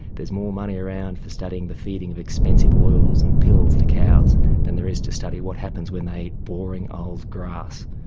there's more money around for studying the feeding of expensive oils and pills to cows than there is to study what happens when they eat boring old grass,